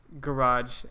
garage